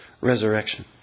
resurrection